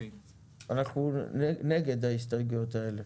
אנחנו נגד ההסתייגויות האלה.